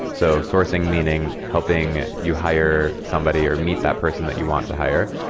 so sourcing, meaning helping you hire somebody, or meet that person that you want to hire.